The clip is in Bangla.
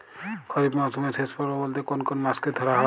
খরিপ মরসুমের শেষ পর্ব বলতে কোন কোন মাস কে ধরা হয়?